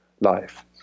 life